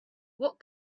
what